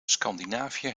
scandinavië